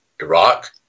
Iraq